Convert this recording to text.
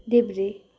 देब्रे